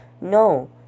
No